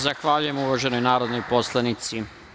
Zahvaljujem uvaženoj narodnoj poslanici.